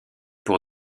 pour